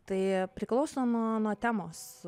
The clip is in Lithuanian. tai priklauso nuo nuo temos